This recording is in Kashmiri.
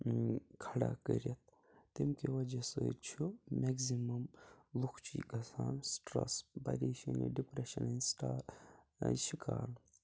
کھڑا کٔرِتھ تمہِ کہِ وَجہ سۭتۍ چھُ میکزِمَم لُکھ چھِ یہِ گَژھان سٹرٛس پَریشٲنی ڈِپریشَن ہِنٛد سِٹار شِکار